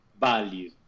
value